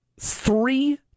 Three